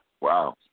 Wow